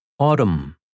Autumn